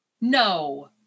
No